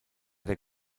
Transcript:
der